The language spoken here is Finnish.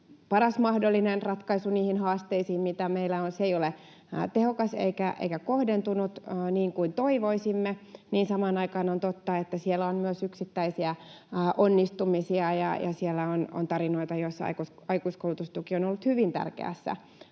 paras mahdollinen ratkaisu niihin haasteisiin, mitä meillä on — se ei ole tehokas eikä kohdentunut, niin kuin toivoisimme — on totta, että siellä on myös yksittäisiä onnistumisia ja siellä on tarinoita, joissa aikuiskoulutustuki on ollut hyvin tärkeässä